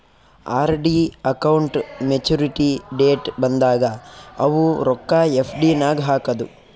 RD account maturity date ಬಂದಾಗ ಅವು ರೊಕ್ಕಾ ಎಫ್.ಡಿ ನಾಗ್ ಹಾಕದು